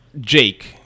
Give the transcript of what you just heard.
Jake